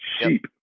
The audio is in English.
cheap